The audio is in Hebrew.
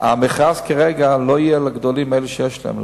המכרז, כרגע, לא יהיה לגדולים, אלה שיש להם.